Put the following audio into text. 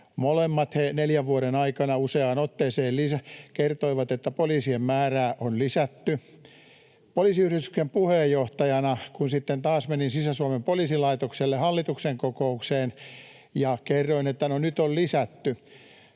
molemmat neljän vuoden aikana useaan otteeseen kertoivat, että poliisien määrää on lisätty. Poliisiyhdistyksen puheenjohtajana kun sitten taas menin Sisä-Suomen poliisilaitokselle hallituksen kokoukseen ja kerroin, että no nyt on lisätty,